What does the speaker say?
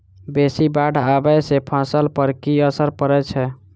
बेसी बाढ़ आबै सँ फसल पर की असर परै छै?